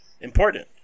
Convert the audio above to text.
important